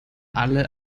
alle